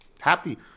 Happy